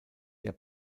der